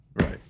Right